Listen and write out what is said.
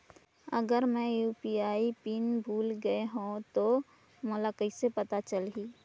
अगर मैं UPI PIN भुल गये हो तो मोला कइसे पता चलही?